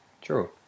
true